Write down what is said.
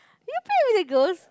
you play with the girls